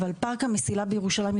אבל פארק המסילה בירושלים,